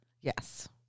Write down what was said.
Yes